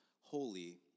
holy